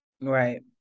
Right